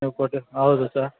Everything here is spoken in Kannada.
ನೀವು ಕೊಟ್ಟಿದ್ದು ಹೌದು ಸರ್